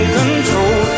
control